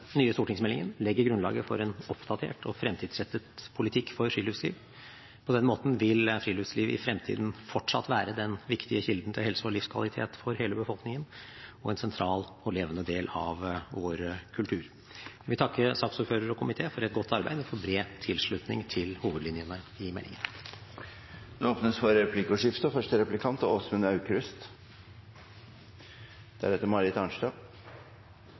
nye stortingsmeldingen legger grunnlaget for en oppdatert og fremtidsrettet politikk for friluftsliv. På den måten vil friluftsliv i fremtiden fortsatt være en viktig kilde til helse og livskvalitet for hele befolkningen og en sentral og levende del av vår kultur. Jeg vil takke saksordføreren og komiteen for et godt arbeid og for bred tilslutning til hovedlinjene i meldingen. Det blir replikkordskifte. Jeg synes det er